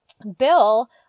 Bill